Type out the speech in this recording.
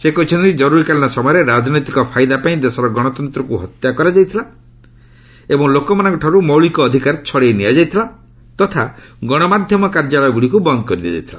ସେ କହିଛନ୍ତି ଜର୍ତରୀକାଳୀନ ସମୟରେ ରାଜନୈତିକ ଫାଇଦା ପାଇଁ ଦେଶର ଗଣତନ୍ତ୍ରକୁ ହତ୍ୟା କରାଯାଇଥିଲା ଏବଂ ଲୋକମାନଙ୍କଠାରୁ ମୌଳିକ ଅଧିକାର ଛଡାଇ ନିଆଯାଇଥିଲା ତଥା ଗଣମାଧ୍ୟମ କାର୍ଯ୍ୟାଳୟ ଗୁଡ଼ିକୁ ବନ୍ଦ କରିଦିଆଯାଇଥିଲା